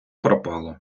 пропало